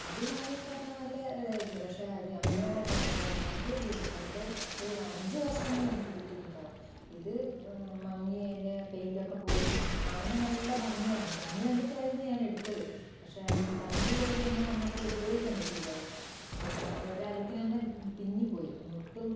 ആദ്യം വാങ്ങിയ കർട്ടൻ നല്ല ഇതായിരുന്നു പക്ഷേ അത് അങ്ങനെ ഞാൻ അത് മാറ്റുകയേ ഇല്ലായിരുന്നു പണ്ടേ ഒരു അഞ്ച് വർഷമെങ്കിലും എനിക്ക് കിട്ടിയിട്ടുണ്ടാവും ഇത് മങ്ങി അതിന്റെ പെയിന്റൊക്കെ പോയി കാണുമ്പോൾ നല്ല ഭംഗിയാണ് ഭംഗി കണ്ടിട്ടായിരുന്നു ഞാൻ എടുത്തത് പക്ഷേ ആ ഭംഗി പോലെയൊന്നും നമുക്ക് ഉപയോഗിക്കാൻ പറ്റില അത് പിന്നെ ഒരു അലക്കിന് തന്നെ പിന്നിപ്പോയി ഒട്ടും